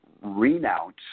renounce